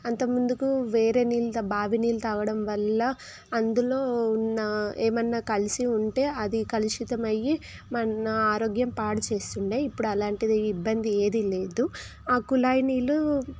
అంతక ముందు వేరే నీళ్ళు తా బావి నీళ్ళు తాగడం వల్ల అందులో ఉన్న ఏమన్నా కలిసి ఉంటే అది కలుషితం అయ్యి మన ఆరోగ్యం పాడు చేస్తుండే ఇప్పుడు అలాంటి ఇబ్బంది ఏది లేదు ఆ కుళాయి నీళ్ళు